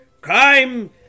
Crime